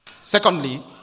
Secondly